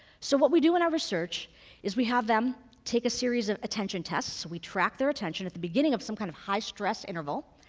so what we do in our research is we have them take a series of attention tests. we track their attention at the beginning of some kind of high stress interval,